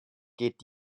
geht